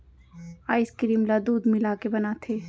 ice cream ल दूद मिलाके बनाथे